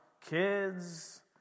kids